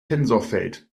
tensorfeld